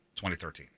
2013